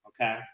Okay